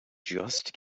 just